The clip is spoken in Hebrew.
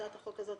הצעת החוק הזו,